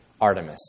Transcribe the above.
Artemis